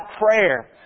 prayer